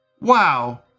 Wow